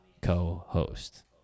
co-host